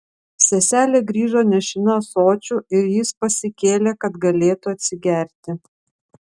seselė grįžo nešina ąsočiu ir jis pasikėlė kad galėtų atsigerti